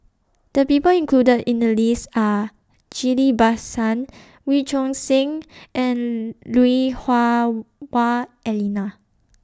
The People included in The list Are Ghillie BaSan Wee Choon Seng and Lui Hah Wah Elena